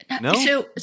No